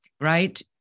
right